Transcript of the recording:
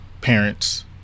parents